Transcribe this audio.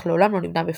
אך לעולם לא נבנה בפועל.